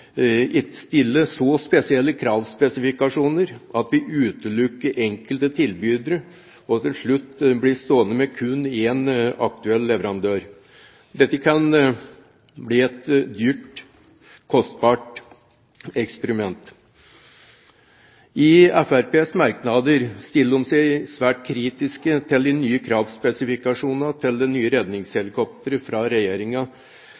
så spesielle kravspesifikasjoner at vi utelukker enkelte tilbydere og til slutt blir stående med kun én aktuell leverandør. Det kan bli et kostbart eksperiment. I sine merknader stiller Fremskrittspartiet seg kritisk til de nye kravspesifikasjonene fra regjeringen til nye